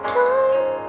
time